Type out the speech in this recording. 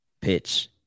Pitch